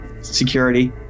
security